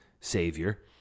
Savior